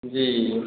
जी